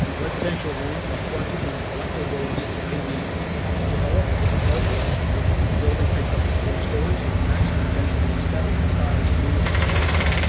ah residential lands with frontage on collector roads can be developed with apartments with building heights up to four stories and a maximum density of seventy five units per hectare.